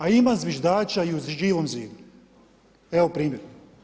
A ima zviždača i u Živom zidu, evo primjer.